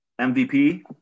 MVP